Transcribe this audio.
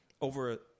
over